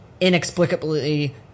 inexplicably